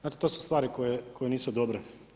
Znate to su stvari koje nisu dobre.